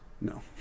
No